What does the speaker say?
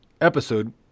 episode